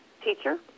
teacher